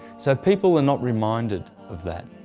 so people are not reminded of that.